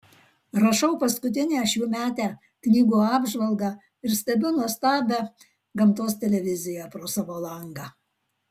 rašau paskutinę šiųmetę knygų apžvalgą ir stebiu nuostabią gamtos televiziją pro savo langą